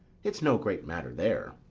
it's no great matter there.